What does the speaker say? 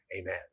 amen